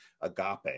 agape